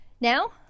Now